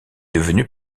devenu